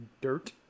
dirt